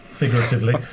figuratively